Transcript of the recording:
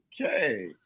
okay